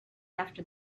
after